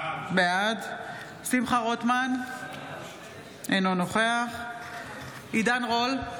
בעד שמחה רוטמן, אינו נוכח עידן רול,